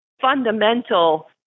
fundamental